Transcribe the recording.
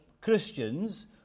Christians